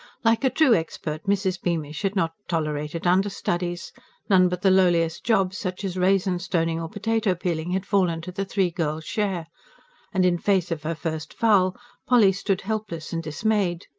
like a true expert mrs. beamish had not tolerated understudies none but the lowliest jobs, such as raisin-stoning or potato-peeling, had fallen to the three girls' share and in face of her first fowl polly stood helpless and dismayed.